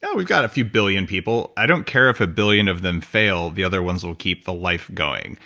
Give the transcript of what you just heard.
yeah we've got a few billion people. i don't care if a billion of them fail, the other ones will keep the life going.